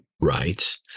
rights